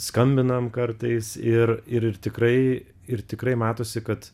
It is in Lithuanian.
skambinam kartais ir ir ir tikrai ir tikrai matosi kad